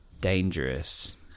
Dangerous